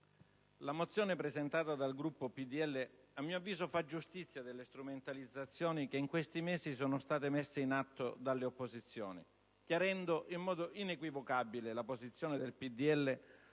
la mozione presentata dal Gruppo PDL fa a mio avviso giustizia delle strumentalizzazioni che in questi mesi sono state messe in atto dalle opposizioni, chiarendo in modo inequivocabile la posizione del PDL